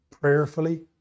prayerfully